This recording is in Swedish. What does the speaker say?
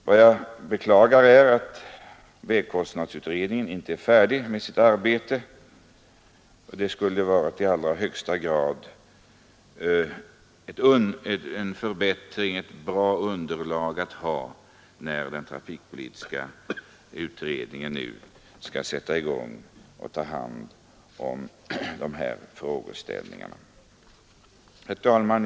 Vad jag beklagar är att vägkostnadsutredningen inte är färdig med sitt arbete — det skulle i allra högsta grad ha varit bra att ha det materialet när den trafikpolitiska utredningen nu skall sätta i gång. Herr talman!